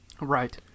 Right